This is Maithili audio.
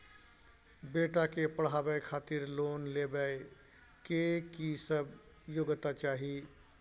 बेटा के पढाबै खातिर लोन लेबै के की सब योग्यता चाही?